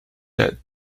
that